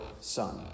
son